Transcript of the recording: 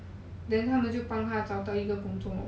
then 他们就帮他找到一个工作 lor